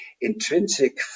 intrinsic